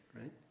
right